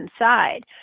inside